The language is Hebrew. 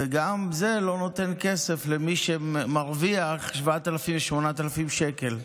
וגם זה לא נותן כסף למי שמרוויח 7,000 8,000 שקל.